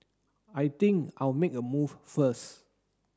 I think I'll make a move first